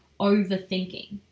overthinking